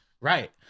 Right